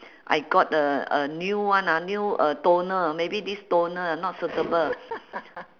I got a a new one ah new uh toner maybe this toner not suitable